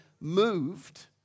moved